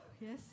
yes